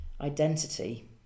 identity